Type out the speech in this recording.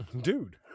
Dude